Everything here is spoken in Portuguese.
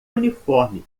uniforme